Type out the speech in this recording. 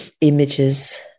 images